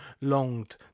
longed